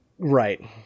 Right